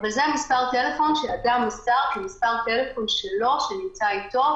אבל זה מס' הטלפון שאדם מסר כמס' טלפון שלו שנמצא איתו,